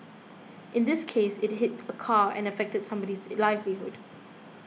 in this case it hit a car and affected somebody's livelihood